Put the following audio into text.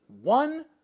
one